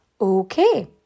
Okay